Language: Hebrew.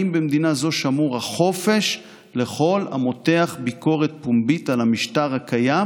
האם במדינה זו שמור החופש לכל המותח ביקורת פומבית על המשטר הקיים